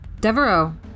Devereaux